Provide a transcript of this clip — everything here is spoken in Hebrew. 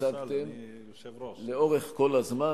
שהצגתם כל הזמן.